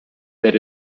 that